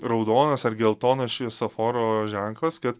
raudonas ar geltonas šviesoforo ženklas kad